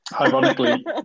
Ironically